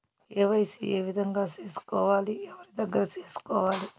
KYC ఏ విధంగా సేసుకోవాలి? ఎవరి దగ్గర సేసుకోవాలి?